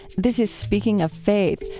this is speaking of faith,